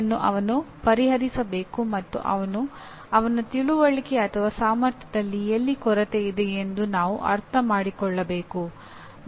ಇದನ್ನು ಅವನು ಪರಿಹರಿಸಬೇಕು ಮತ್ತು ಅವನ ತಿಳುವಳಿಕೆ ಅಥವಾ ಸಾಮರ್ಥ್ಯದಲ್ಲಿ ಎಲ್ಲಿ ಕೊರತೆಯಿದೆ ಎಂದು ನಾವು ಅರ್ಥಮಾಡಿಕೊಳ್ಳಬೇಕು